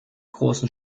großen